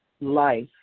life